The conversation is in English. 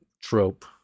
trope